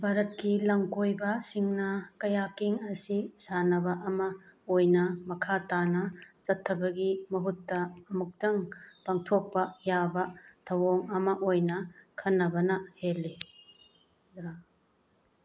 ꯚꯥꯔꯠꯀꯤ ꯂꯝꯀꯣꯏꯕꯁꯤꯡꯅ ꯀꯌꯥꯀꯤꯡ ꯑꯁꯤ ꯁꯥꯟꯅꯕ ꯑꯃ ꯑꯣꯏꯅ ꯃꯈꯥ ꯇꯥꯅ ꯆꯠꯊꯕꯒꯤ ꯃꯍꯨꯠꯇ ꯑꯃꯨꯛꯇꯪ ꯄꯥꯡꯊꯣꯛꯄ ꯌꯥꯕ ꯊꯧꯑꯣꯡ ꯑꯃ ꯑꯣꯏꯅ ꯈꯟꯅꯕꯅ ꯍꯦꯜꯂꯤ